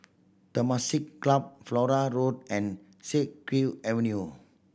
Temasek Club Flora Road and Siak Kew Avenue